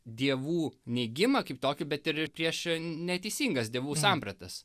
dievų neigimą kaip tokį bet ir ir prieš neteisingas dievų sampratas